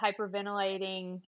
hyperventilating